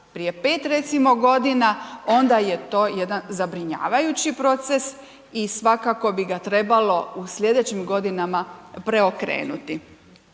prije 5 recimo godina, onda je to jedan zabrinjavajući proces i svakako bi ga trebalo u sljedećim godinama preokrenuti.